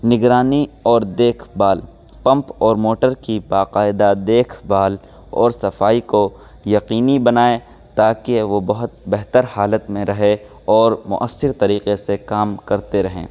نگرانی اور دیکھ بھال پمپ اور موٹر کی باقاعدہ دیکھ بھال اور صفائی کو یقینی بنائیں تاکہ وہ بہت بہتر حالت میں رہے اور مؤثر طریقے سے کام کرتے رہیں